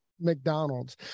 McDonald's